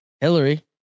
Hillary